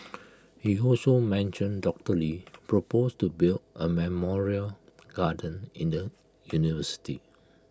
he also mentioned doctor lee proposed to build A memorial garden in the university